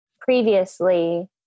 previously